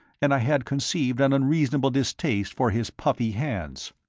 and i had conceived an unreasonable distaste for his puffy hands.